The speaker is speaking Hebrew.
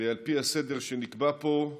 על פי הסדר שנקבע פה.